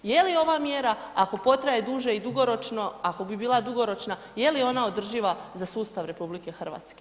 Je li ova mjera ako potraje duže i dugoročno, ako bi bila dugoročna je li ona održiva za sustav RH?